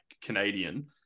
canadian